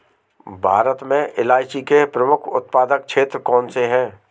भारत में इलायची के प्रमुख उत्पादक क्षेत्र कौन से हैं?